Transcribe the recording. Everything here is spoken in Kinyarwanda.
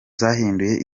zahinduye